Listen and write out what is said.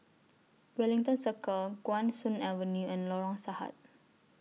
Wellington Circle Guan Soon Avenue and Lorong Sahad